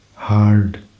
hard